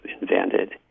invented